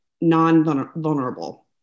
non-vulnerable